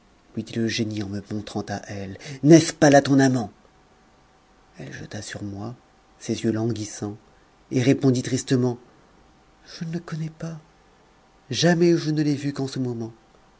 le génie en me montrant à elle n'est-ce pas là ton amant elle jeta sur moi ses yeux languissants et répondit tristement je ne le connais pas jamais je ne l'ai vu qu'en ce moment